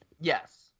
Yes